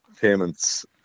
payments